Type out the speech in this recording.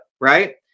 right